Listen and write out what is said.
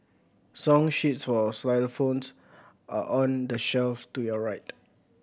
song sheets for xylophones are on the shelf to your right